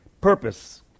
purpose